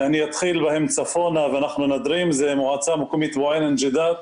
אני אתחיל בצפון ואנחנו נדרים: זה מועצה מקומית בועיינה נוג'ידאת,